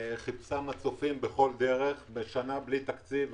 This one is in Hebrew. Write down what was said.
חיפשה מצופים בכל דרך, בשנה בלי תקציב.